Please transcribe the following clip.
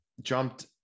jumped